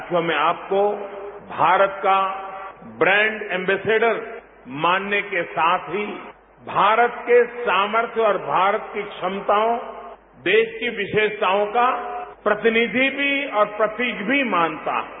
साथियों मैं आपको भारत का ब्रैंड एम्बेस्डर मानने के साथ ही भारत के सामर्थ और भारत की क्षमताओं देश की विशेषताओं का प्रतिनिधि भी और प्रतीक भी मानता हूं